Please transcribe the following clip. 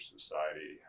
Society